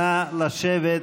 נא לשבת.